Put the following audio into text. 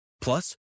Plus